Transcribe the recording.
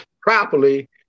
properly